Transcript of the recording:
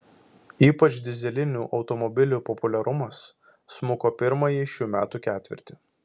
ypač dyzelinių automobilių populiarumas smuko pirmąjį šių metų ketvirtį